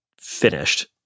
finished